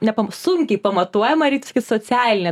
nepam sunkiai pamatuojama reiktų sakyt socialinė